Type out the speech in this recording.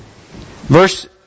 Verse